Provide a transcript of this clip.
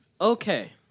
Okay